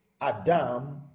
adam